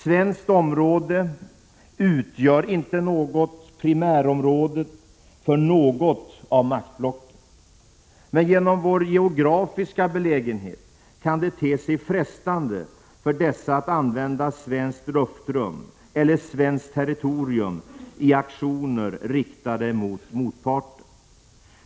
Svenskt område utgör inte något primärområde för något av maktblocken. Men genom vår geografiska belägenhet kan det te sig frestande för dessa att använda svenskt luftrum eller svenskt territorium i aktioner riktade mot motparten.